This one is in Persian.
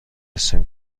هستیم